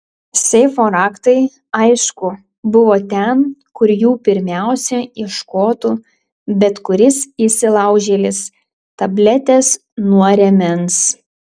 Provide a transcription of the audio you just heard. seifo raktai aišku buvo ten kur jų pirmiausia ieškotų bet kuris įsilaužėlis tabletės nuo rėmens